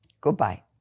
Goodbye